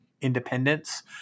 independence